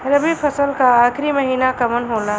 रवि फसल क आखरी महीना कवन होला?